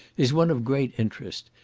is one of great interest,